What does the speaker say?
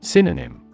Synonym